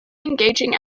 engaging